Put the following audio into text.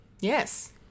Yes